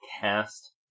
cast